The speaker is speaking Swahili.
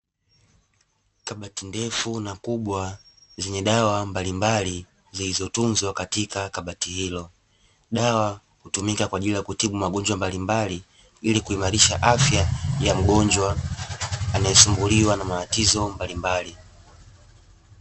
Kabati ndefu na kubwa zenye dawa mbalimbali zilizotunzwa katika kabati hilo dawa, hutumika kwa ajili ya kutibu magonjwa mbalimbali ili kuimarisha afya ya mgonjwa anayesumbuliwa na matatizo mbalimbali.